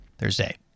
Thursday